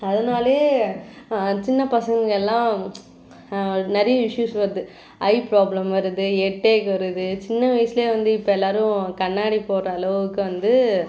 அதனாலே சின்னப் பசங்கள் எல்லாம் நிறைய இஸ்யூஸ் வருது ஐ ப்ராப்ளம் வருது ஹெட்ஏக் வருது சின்ன வயதிலே வந்து இப்போ எல்லாரும் கண்ணாடி போடுற அளவுக்கு வந்து